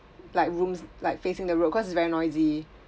like rooms like facing the road cause it's very noisy